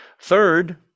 third